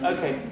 Okay